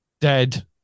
dead